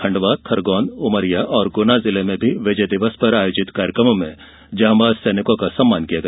खंडवा खरगोन उमरिया और गुना में विजय दिवस पर आयोजित कार्यक्रमों में जांबाज सैनिकों का सम्मान किया गया